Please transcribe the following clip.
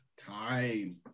time